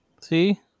See